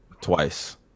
Twice